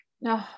No